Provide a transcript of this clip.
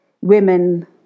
women